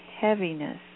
heaviness